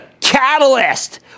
catalyst